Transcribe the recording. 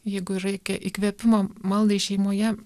jeigu yra ikė įkvėpimo maldai šeimoje